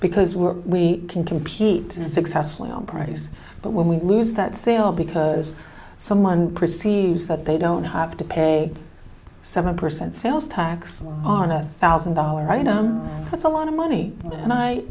we're we can compete successfully on price but when we lose that sale because someone perceives that they don't have to pay seven percent sales tax on a thousand dollar item that's a lot of money and i